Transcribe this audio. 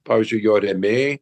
pavyzdžiui jo rėmėjai